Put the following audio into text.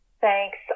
Thanks